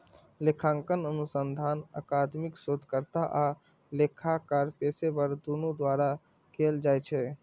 लेखांकन अनुसंधान अकादमिक शोधकर्ता आ लेखाकार पेशेवर, दुनू द्वारा कैल जाइ छै